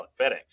fedex